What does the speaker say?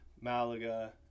malaga